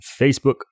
Facebook